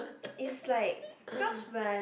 is like because when I